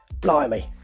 Blimey